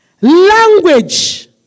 language